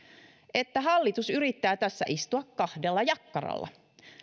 että hallitus yrittää tässä istua kahdella jakkaralla